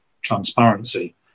transparency